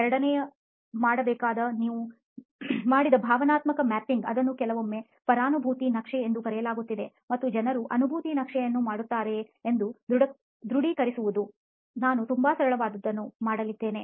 ಎರಡನೆಯ ಮಾಡಬೇಕಾದ ನೀವು ಮಾಡಿದ ಭಾವನಾತ್ಮಕ ಮ್ಯಾಪಿಂಗ್ ಅದನ್ನು ಕೆಲವೊಮ್ಮೆ ಪರಾನುಭೂತಿ ನಕ್ಷೆ ಎಂದು ಕರೆಯಲಾಗುತ್ತದೆ ಮತ್ತು ಜನರು ಅನುಭೂತಿ ನಕ್ಷೆಯನ್ನು ಮಾಡುತ್ತಾರೆಯೇ ಎಂದು ದೃಡಿಕರಿಸುವುದುನಾವು ತುಂಬಾ ಸರಳವಾದದನ್ನು ಮಾಡಲಿದ್ದೇವೆ